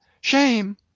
shame